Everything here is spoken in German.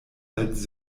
als